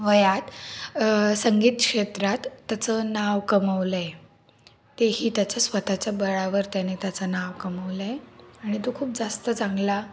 वयात संगीतक्षेत्रात त्याचं नाव कमवलं आहे तेही त्याच्या स्वतःच्या बळावर त्याने त्याचं नाव कमवलं आहे आणि तो खूप जास्त चांगला